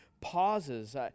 pauses